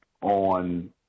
on